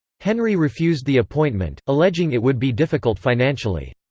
henry refused the appointment, alleging it would be difficult financially.